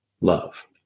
love